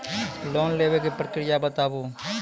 Loan लेवे के प्रक्रिया बताहू?